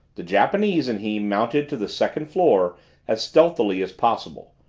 the japanese and he mounted to the second floor as stealthily as possible,